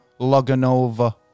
Loganova